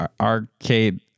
arcade